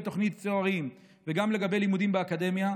תוכנית צוערים וגם לגבי לימודים באקדמיה,